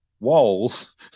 walls